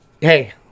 hey